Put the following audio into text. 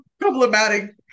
problematic